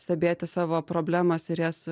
stebėti savo problemas ir jas